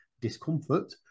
discomfort